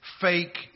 fake